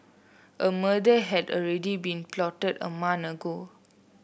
a murder had already been plotted a month ago